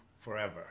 forever